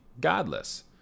godless